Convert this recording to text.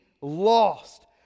lost